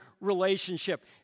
relationship